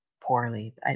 poorly